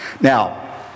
Now